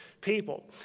people